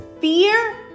fear